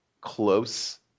close